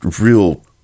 real